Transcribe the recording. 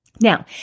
Now